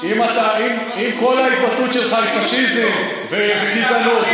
עם כל ההתבטאות שלך היא על פשיזם וגזענות,